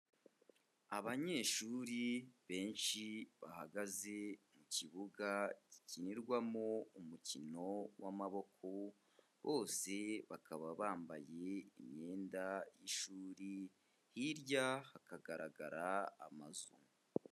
Abanyeshuri benshi bahagaze mu kibuga gikinirwamo umukino w'amaboko, bose bakaba bambaye imyenda y'ishuri, hirya hakagaragara amazu.